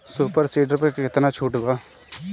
Super seeder पर केतना छूट बा?